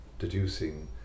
deducing